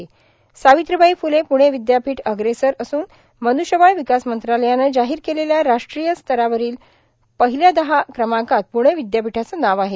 सार्ावत्रीबाई फुले पुणे र्वद्यापीठ अग्रेसर असून मनुष्य बळ र्ववकास मंत्रालयानं जाहोर केलेल्या राष्ट्रीय स्तरावरील र्पाहल्या दहा क्रमांकात पुणे र्ववद्यापीठाचे नाव आहे